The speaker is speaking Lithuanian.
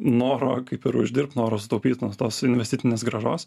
noro kaip ir uždirbt noro sutaupyt nuo tos investicinės grąžos